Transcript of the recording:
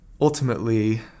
Ultimately